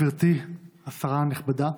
גברתי השרה הנכבדה,